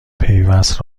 پیوست